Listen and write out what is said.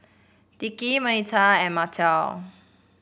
Dickie Bernita and Markell